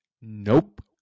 Nope